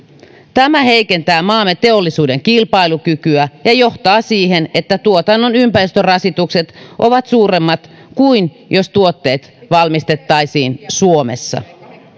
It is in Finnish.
tämä heikentää maamme teollisuuden kilpailukykyä ja johtaa siihen että tuotannon ympäristörasitukset ovat suuremmat kuin jos tuotteet valmistettaisiin suomessa